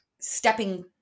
stepping